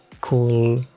cool